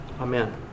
Amen